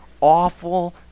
awful